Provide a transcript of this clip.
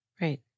Right